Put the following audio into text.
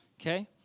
okay